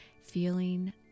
feeling